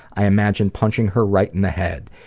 i imagine punching her right in the head.